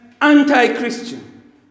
anti-Christian